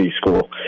school